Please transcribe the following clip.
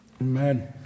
amen